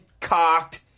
cocked